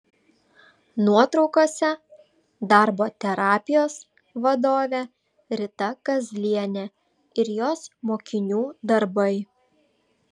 nuotraukose darbo terapijos vadovė rita kazlienė ir jos mokinių darbai